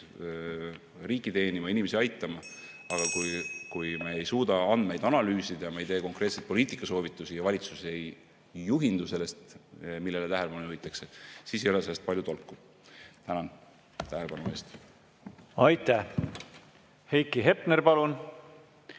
(Juhataja helistab kella.) kui me ei suuda andmeid analüüsida ja me ei tee konkreetseid poliitikasoovitusi ja valitsus ei juhindu sellest, millele tähelepanu juhitakse, siis ei ole sellest palju tolku. Tänan tähelepanu eest! Aitäh! Heiki Hepner, palun,